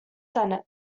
senate